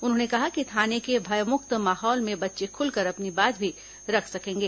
उन्होंने कहा कि थाने के भय मुक्त माहौल में बच्चे खुलकर अपनी बात भी रख सकेंगे